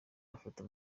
afata